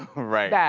right. yeah